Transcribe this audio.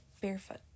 barefoot